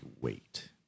wait